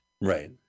Right